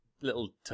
little